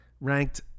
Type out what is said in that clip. Ranked